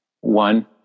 One